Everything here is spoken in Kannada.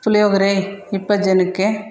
ಪುಳಿಯೋಗರೆ ಇಪ್ಪತ್ತು ಜನಕ್ಕೆ